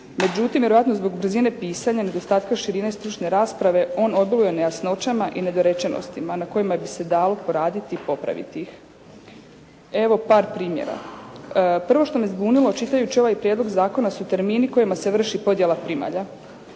Međutim vjerojatno zbog brzine pisanja, nedostatka širine i stručne rasprave on obiluje nejasnoćama i nedorečenostima na kojima bi se dalo poraditi i popraviti ih. Evo par primjera. Prvo što me zbunilo čitajući ovaj Prijedlog zakona su termini kojima se vrši podjela primalja.